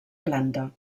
planta